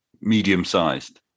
medium-sized